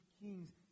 kings